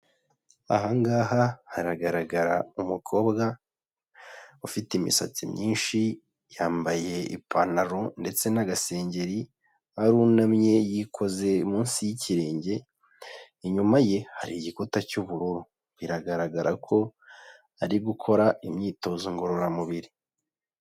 Aha ngaha haragaragara umukobwa ufite imisatsi myinshi, yambaye ipantaro ndetse n'agasengeri, arunamye yikoze munsi y'ikirenge, inyuma ye hari igikuta cy'ubururu. Biragaragara ko ari gukora imyitozo ngororamubiri.